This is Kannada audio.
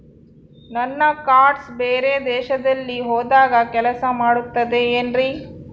ನನ್ನ ಕಾರ್ಡ್ಸ್ ಬೇರೆ ದೇಶದಲ್ಲಿ ಹೋದಾಗ ಕೆಲಸ ಮಾಡುತ್ತದೆ ಏನ್ರಿ?